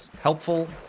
helpful